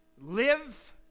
live